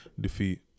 defeat